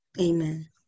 amen